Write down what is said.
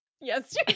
Yes